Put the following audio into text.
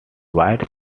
white